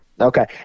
Okay